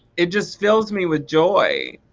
it just fills me with joy.